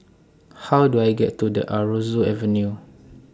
How Do I get to The Aroozoo Avenue